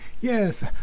Yes